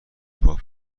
پاک